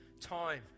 time